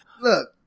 Look